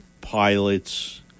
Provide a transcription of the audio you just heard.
Pilots